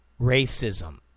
racism